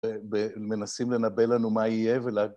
ומנסים לנבא לנו מה יהיה ול.. .